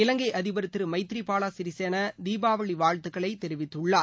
இலங்கை அதிபர் திரு மைத்ரி பால சிறிசேனா தீபாவளி வாழ்த்துக்களை தெரிவித்துள்ளார்